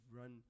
run